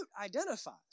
identifies